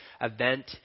event